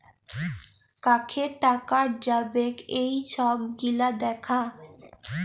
কাকে টাকাট যাবেক এই ছব গিলা দ্যাখা